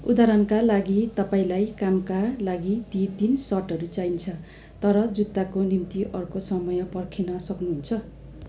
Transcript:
उदाहरणका लागि तपाईँँलाई कामका लागि ती तिन सर्टहरू चाहिन्छ तर जुत्ताको निम्ति अर्को समय पर्खिन सक्नुहुन्छ